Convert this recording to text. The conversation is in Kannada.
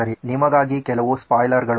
ಸರಿ ನಿಮಗಾಗಿ ಕೆಲವು ಸ್ಪಾಯ್ಲರ್ಗಳು